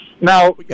Now